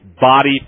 body